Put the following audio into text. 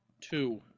two